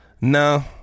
No